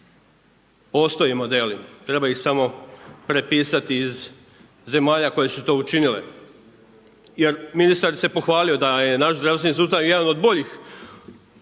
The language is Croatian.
Postoje modeli, treba ih samo prepisati iz zemalja koje su to učinile jer ministar se pohvalio da je naš zdravstveni sustav jedan od boljih